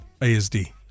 ASD